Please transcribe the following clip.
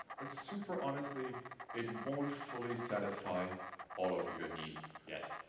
but super honestly it won't fully satisfy all of your needs, yet.